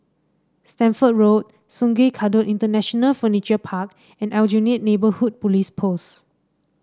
Stamford Road Sungei Kadut International Furniture Park and Aljunied Neighbourhood Police Post